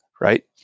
right